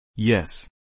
Yes